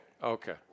Okay